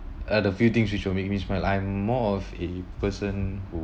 uh the few things which will make me smile I'm more of a person who